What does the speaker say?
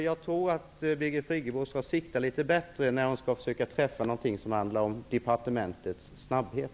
Jag tror att Birgit Friggebo skall sikta litet bättre när hon skall försöka träffa något som handlar om departementets snabbhet.